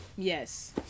Yes